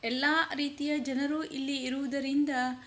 ಎಲ್ಲ ರೀತಿಯ ಜನರು ಇಲ್ಲಿ ಇರುವುದರಿಂದ